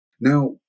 Now